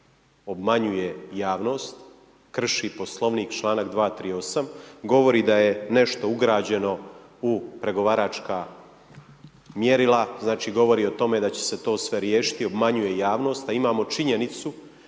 obmanjuje javnost, krši Poslovnik, članak 238., govori da je nešto ugrađeno u pregovaračka mjerila, znači govori o tome da će se to sve riješiti, obmanjuje javnost a imamo činjenicu